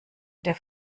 der